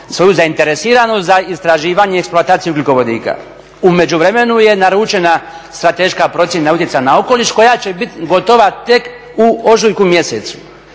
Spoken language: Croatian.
svoju zainteresiranost za istraživanje i eksploataciju ugljikovodika. U međuvremenu je naručena strateška procjena utjecaja na okoliš koja će bit gotova tek u ožujku mjesecu.